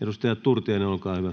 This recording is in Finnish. Edustaja Turtiainen, olkaa hyvä.